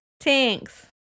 Thanks